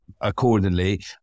accordingly